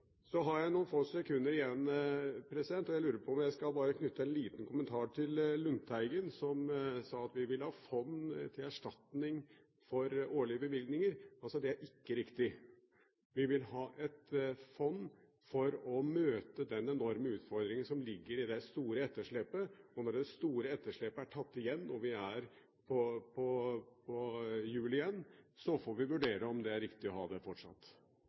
Så har jeg noen få sekunder igjen. Jeg lurer på om jeg bare skal knytte en liten kommentar til Lundteigen, som sa at vi ville ha fond til erstatning for årlige bevilgninger. Det er ikke riktig. Vi vil ha et fond for å møte den enorme utfordringen som ligger i det store etterslepet. Når det store etterslepet er tatt igjen og vi er på hjul, får vi vurdere om det er riktig å ha det fortsatt.